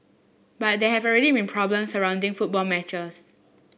but there have already been problem surrounding football matches